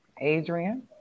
Adrian